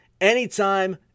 anytime